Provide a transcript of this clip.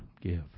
give